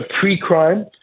pre-crime